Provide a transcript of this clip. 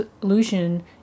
solution